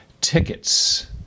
tickets